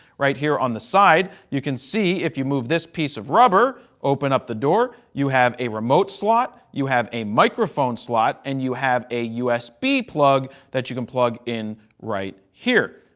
right here on the side you can see if you move this piece of rubber, open up the door, door, you have a remote slot, you have a microphone slot and you have a usb plug that you can plug in right here.